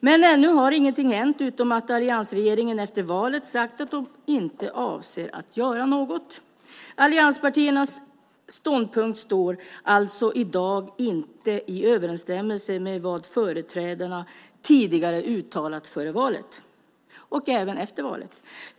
Men ännu har ingenting hänt utom att alliansregeringen efter valet har sagt att de inte avser att göra något. Allianspartiernas ståndpunkt står alltså i dag inte i överensstämmelse med vad företrädarna tidigare uttalade före valet, inte heller efter valet.